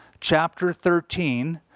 chapter thirteen,